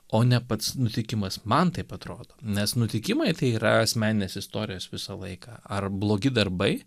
o ne pats nutikimas man taip atrodo nes nutikimai tai yra asmeninės istorijos visą laiką ar blogi darbai